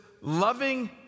loving